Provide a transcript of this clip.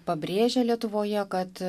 pabrėžia lietuvoje kad